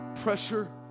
pressure